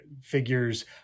figures